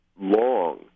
long